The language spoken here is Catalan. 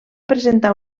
presentar